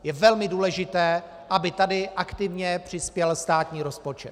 Je velmi důležité, aby tady aktivně přispěl státní rozpočet.